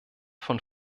von